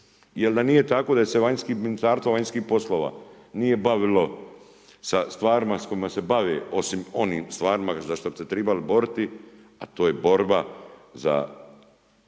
jer da nije tako da se Ministarstvo vanjskih poslova nije bavilo sa stvarima sa kojima se bave osim onim stvarima za što bi se trebali boriti, a to je borba za